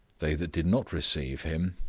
they that did not receive him,